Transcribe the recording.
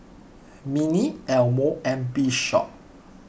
Minnie Elmo and Bishop